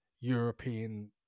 European